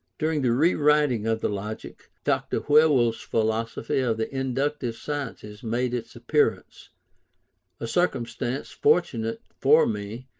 during the re-writing of the logic, dr. whewell's philosophy of the inductive sciences made its appearance a circumstance fortunate for me,